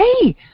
hey